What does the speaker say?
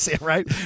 Right